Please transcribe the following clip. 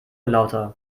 lauter